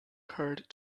card